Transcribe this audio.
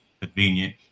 convenient